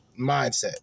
mindset